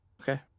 Okay